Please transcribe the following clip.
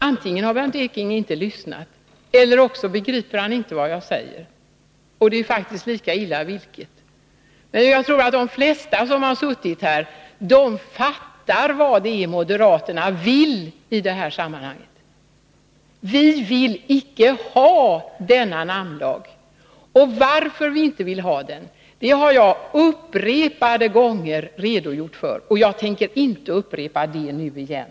Antingen har Bernt Ekinge inte lyssnat, eller också begriper han inte vad jag säger. Det är lika illa i båda fallen. De flesta som har suttit här och lyssnat fattar vad moderaterna vill i detta sammanhang. Vi villinte ha denna namnlag. Skälen härtill har jag upprepade gånger redogjort för. Jag tänker inte upprepa dem nu igen.